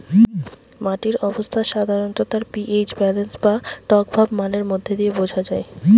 মাটির অবস্থা সাধারণত তার পি.এইচ ব্যালেন্স বা টকভাব মানের মধ্যে দিয়ে বুঝা যায়